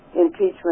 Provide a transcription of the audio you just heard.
impeachment